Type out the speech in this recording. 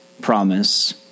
promise